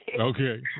Okay